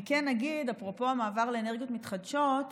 אני כן אגיד, אפרופו המעבר לאנרגיות מתחדשות,